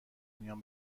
میان